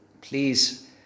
please